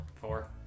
Four